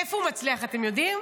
איפה הוא מצליח, אתם יודעים?